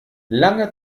lange